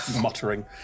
muttering